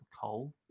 coal